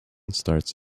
starts